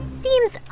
Seems